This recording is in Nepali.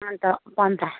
अन्त पम्फा